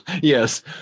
Yes